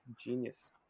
genius